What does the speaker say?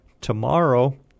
Tomorrow